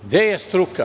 Gde je struka?